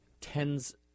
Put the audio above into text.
tens